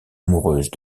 amoureuse